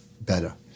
better